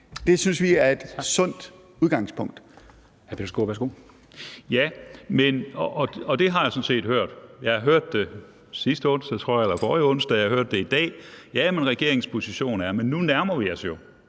Det synes vi er et sundt udgangspunkt.